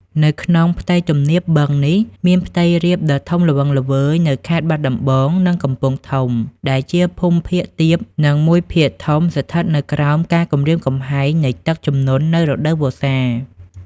នៅក្នុងផ្ទៃទំនាបបឹងនេះ មានផ្ទៃរាបដ៏ធំល្វឹងល្វើយនៅខេត្តបាត់ដំបង និងកំពង់ធំ ដែលជាភូមិភាគទាប និងមួយភាគធំស្ថិតនៅក្រោមការគំរាមកំហែងនៃទឹកជំនន់នៅរដូវវស្សា។